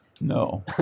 No